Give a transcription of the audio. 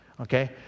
okay